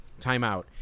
timeout